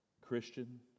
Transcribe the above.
Christian